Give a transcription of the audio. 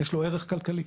יש לו ערך כלכלי.